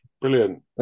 Brilliant